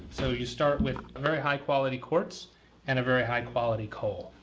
so, you start with very high quality quartz and a very high quality coal,